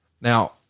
Now